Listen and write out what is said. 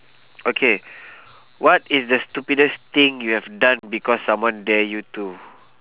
okay what is the stupidest thing you have done because someone dare you to